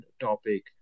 topic